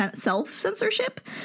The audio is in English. self-censorship